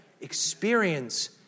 Experience